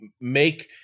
make